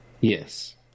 Yes